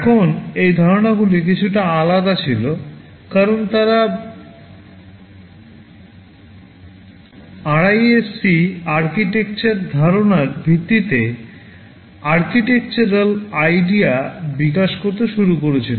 এখন এই ধারণাগুলি কিছুটা আলাদা ছিল কারণ তারা RISC আর্কিটেকচার ধারণার ভিত্তিতে আর্কিটেকচারাল আইডিয়া বিকাশ করতে শুরু করেছিল